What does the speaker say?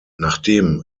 nachdem